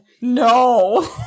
no